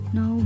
no